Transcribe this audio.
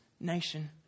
nation